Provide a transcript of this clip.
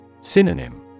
Synonym